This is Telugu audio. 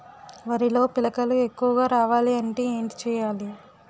వరిలో పిలకలు ఎక్కువుగా రావాలి అంటే ఏంటి చేయాలి?